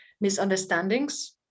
misunderstandings